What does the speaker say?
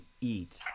eat